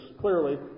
clearly